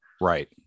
Right